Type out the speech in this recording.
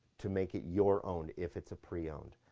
to make it your own if it's a pre-owned